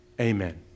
Amen